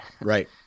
Right